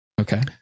Okay